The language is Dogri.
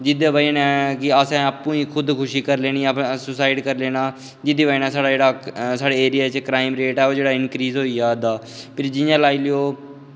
जेह्दी बजह कन्नै असें खुद ही खुद खुशी करी लैनी सुसाईड़ करी लैना जेह्दी बजह कन्नै साढ़े एरिया च जेह्ड़ा क्राईम रेट ऐ एह् इंक्रीज़ होई जा'रदा फिर जि'यां लाई लैओ